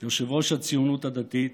יושב-ראש הציונות הדתית,